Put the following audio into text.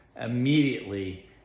Immediately